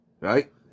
Right